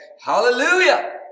hallelujah